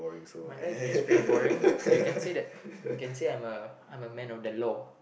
my life is pretty boring you can say that you can say I'm a I'm a man of the law